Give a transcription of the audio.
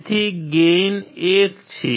તેથી ગેઇન 1 છે